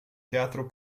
teatro